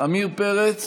עמיר פרץ,